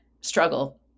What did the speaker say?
struggle